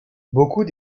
beaucoup